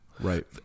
Right